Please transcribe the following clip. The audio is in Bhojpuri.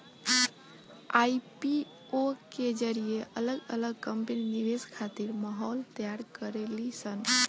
आई.पी.ओ के जरिए अलग अलग कंपनी निवेश खातिर माहौल तैयार करेली सन